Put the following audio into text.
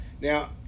now